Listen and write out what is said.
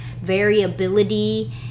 variability